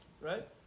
Right